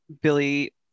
Billy